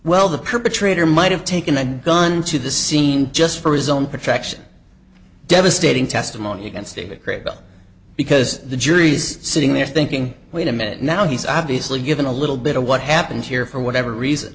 perpetrator might have taken a gun to the scene just for his own protection devastating testimony against a great deal because the jury's sitting there thinking wait a minute now he's obviously given a little bit of what happened here for whatever reason